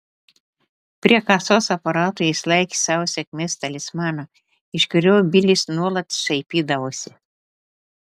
prie kasos aparato jis laikė savo sėkmės talismaną iš kurio bilis nuolat šaipydavosi